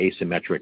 asymmetric